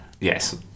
yes